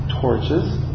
torches